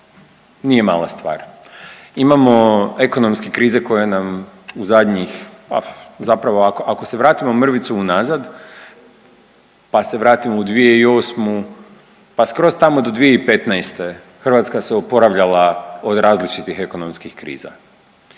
nije mala stvar, imamo ekonomske krize koje nam u zadnjih ah zapravo ako, ako se vratimo mrvicu unazad, pa se vratimo u 2008., pa skroz tamo do 2015. Hrvatska se oporavljala od različitih ekonomskih kriza